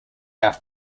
are